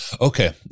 Okay